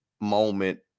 moment